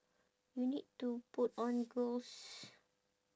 you need to put on girl's